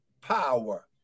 power